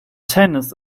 tennis